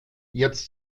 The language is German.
jetzt